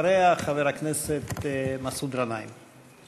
אחריה, חבר הכנסת מסעוד גנאים.